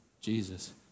Jesus